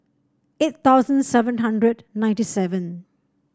eight thousand seven hundred ninety seven